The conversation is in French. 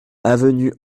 avenue